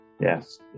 Yes